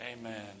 Amen